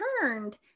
turned